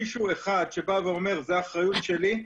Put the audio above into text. מישהו אחד שבא ואומר: זו האחריות שלי.